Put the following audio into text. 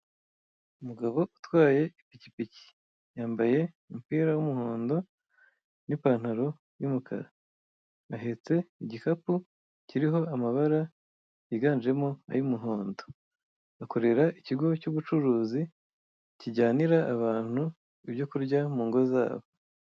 Umugabo utwaye ipikipiki. Yambaye umupira w'umuhondo n'ipantaro y'umukara. Ahetse igikapu kiriho amabara yiganjemo ay'umuhondo. Akorera ikigo cy'ubucuruzi kijyanira abantu ibyo kurya mu ngo zabo.